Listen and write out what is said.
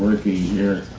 working here,